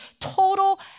total